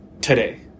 today